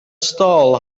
stall